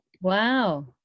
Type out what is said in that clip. Wow